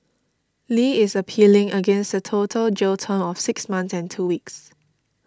Li is appealing against the total jail term of six months and two weeks